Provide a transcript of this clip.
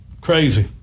Crazy